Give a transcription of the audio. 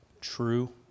true